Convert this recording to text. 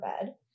bed